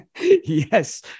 Yes